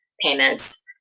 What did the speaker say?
payments